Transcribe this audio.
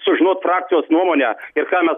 sužinot frakcijos nuomonę ir ką mes